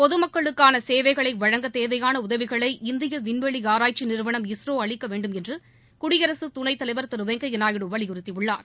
பொதுமக்களுக்கான சேவைகளை வழங்க தேவையான உதவிகளை இந்திய விண்வெளி ஆராய்ச்சி நிறுவனம் இஸ்ரோ அளிக்க வேண்டுமென்று குடியரசு துணைத்தலைவர் திரு வெங்கையா நாயுடு வலியுறுத்தியுள்ளார்